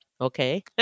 okay